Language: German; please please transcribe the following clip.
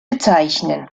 bezeichnen